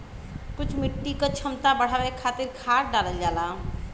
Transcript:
कुछ मिट्टी क क्षमता बढ़ावे खातिर खाद डालल जाला